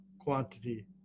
quantity